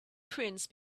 prince